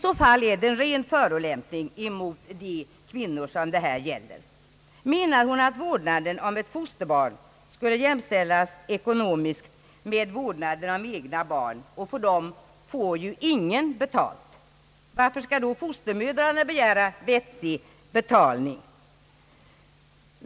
I så fall är det en ren förolämpning mot de kvinnor som det här gäller. Menar statsrådet att vårdnaden om ett fosterbarn skulle ekonomiskt jämställas med vårdnaden om egna barn. För vårdnaden av dem får ingen betalt. Varför skall då fostermödrarna begära vettig betalning?